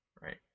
right